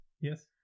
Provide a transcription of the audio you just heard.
Yes